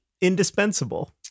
indispensable